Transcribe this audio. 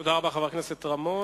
תודה רבה לחבר הכנסת רמון.